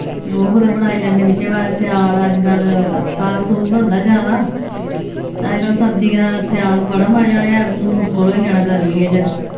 ते ओ कुतै बनाई लैने बिच्चें पारै स्याल अज्जकल साग सुग गै होंदा ज्यादा अज्जकल सब्जियें दा स्याल बड़ा मजा ऐ अग्गूं मुश्कल होई जाना गर्मियें च